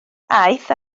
aeth